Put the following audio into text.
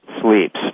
sleeps